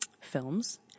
films